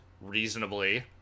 reasonably